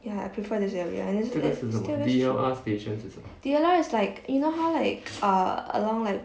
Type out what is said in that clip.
ya I prefer this area and then stu~ D_L_R is like you know how like uh along like